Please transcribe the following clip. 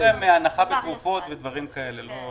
יש להם הנחה בתרופות ודברים כאלה.